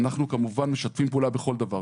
אנחנו כמובן משתפים פעולה בכל דבר.